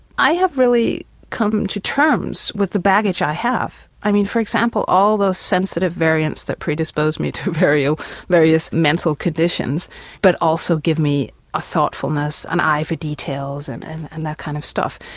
i have really come to terms with the baggage i have, i mean for example all those sensitive variants that predispose me to various various mental conditions but also give me ah thoughtfulness, and a eye for details and and and that kind of stuff.